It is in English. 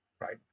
right